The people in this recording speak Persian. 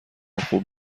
خوب